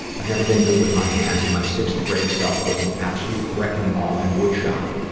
i've never been good with my hands and my sixth-grade self was an absolute wrecking ball in woodshop.